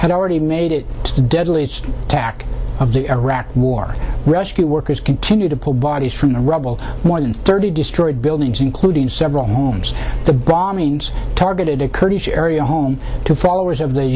had already made it to the deadliest attack of the iraq war rescue workers continue to pull bodies from the rubble more than thirty destroyed buildings including several homes the bombings targeted a kurdish area home to followers of the